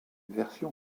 version